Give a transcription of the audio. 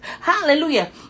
Hallelujah